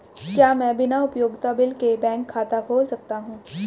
क्या मैं बिना उपयोगिता बिल के बैंक खाता खोल सकता हूँ?